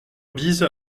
bise